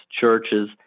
churches